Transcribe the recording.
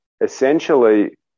essentially